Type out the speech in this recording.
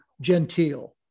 genteel